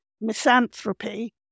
misanthropy